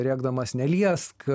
rėkdamas neliesk